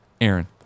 Aaron